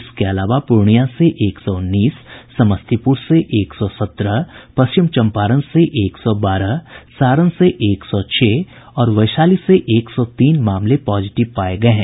इसके अलावा पूर्णिया से एक सौ उन्नीस समस्तीपूर से एक सौ सत्रह पश्चिम चंपारण से एक सौ बारह सारण से एक सौ छह और वैशाली से एक सौ तीन मामले पॉजिटिव पाये गये हैं